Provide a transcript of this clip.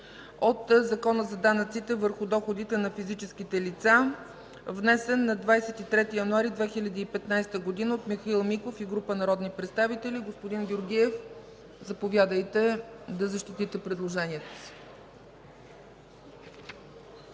от Закона за данъците върху доходите на физическите лица, внесен на 23 януари 2015 г. от Михаил Миков и група народни представители. Господин Георгиев, заповядайте да защитите предложението си.